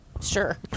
Sure